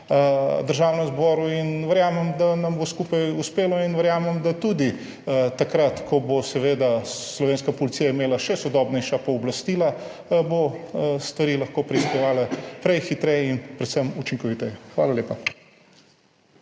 Državnem zboru. Verjamem, da nam bo skupaj uspelo, in verjamem, da bo tudi, takrat ko bo seveda slovenska policija imela še sodobnejša pooblastila, stvari lahko preiskovala prej, hitreje in predvsem učinkoviteje. Hvala lepa.